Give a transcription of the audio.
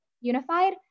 unified